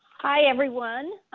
hi everyone.